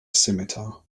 scimitar